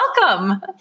welcome